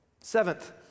Seventh